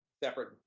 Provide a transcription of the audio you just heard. separate